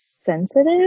sensitive